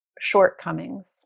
shortcomings